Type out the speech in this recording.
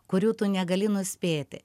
kurių tu negali nuspėti